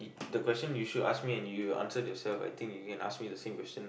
the question you should ask me and you answered yourself I think you can ask me the same question